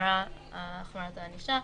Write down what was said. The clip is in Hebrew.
החמרת הענישה.